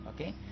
Okay